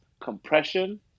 compression